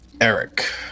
Eric